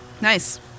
nice